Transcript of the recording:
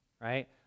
right